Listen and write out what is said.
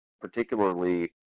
particularly